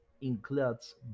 includes